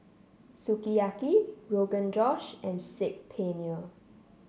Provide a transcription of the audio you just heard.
Sukiyaki Rogan Josh and Saag Paneer